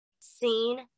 seen